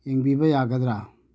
ꯌꯦꯡꯕꯤꯕ ꯌꯥꯒꯗ꯭ꯔꯥ